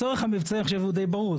הצורך המבצעי, אני חושב, הוא די ברור.